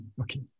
okay